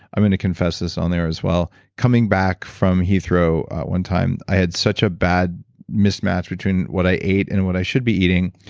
i'm going to confess this on air, as well coming back from heathrow one time, i had such a bad mismatch between what i ate and what i should be eating,